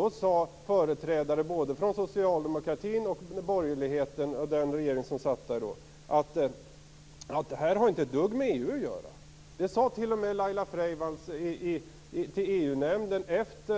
Då sade företrädare från både socialdemokratin och borgerligheten, den regering som satt då, att detta inte hade ett dugg med EU att göra. Efter